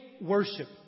worship